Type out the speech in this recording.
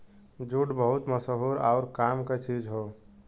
jute बहुते मसहूर आउर काम क चीज हौ